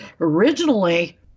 originally